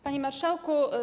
Panie Marszałku!